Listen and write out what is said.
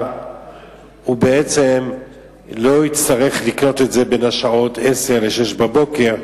לא יצטרך לקנות את זה בין 22:00 ל-06:00,